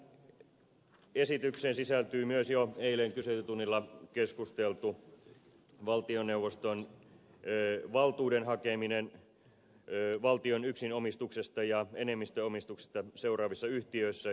tähän esitykseen sisältyy myös jo eilen kyselytunnilla keskusteltu valtioneuvoston valtuuden hakeminen valtion yksinomistuksesta ja enemmistöomistuksesta luopumiseen seuraavissa yhtiöissä